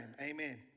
amen